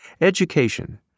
Education